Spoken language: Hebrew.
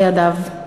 בידיו.